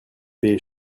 payer